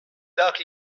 dak